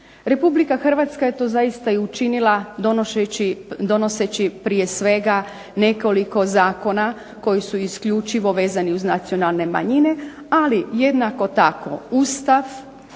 Republika Hrvatska je to učinila donoseći prije svega nekoliko zakona koji su isključivo vezani uz nacionalne manjine, ali jednako tako Ustav,